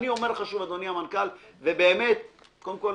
אני אומר לך שוב, אדוני המנכ"ל ובאמת, קודם כול,